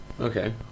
Okay